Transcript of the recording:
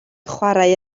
chwarae